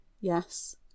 Yes